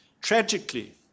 Tragically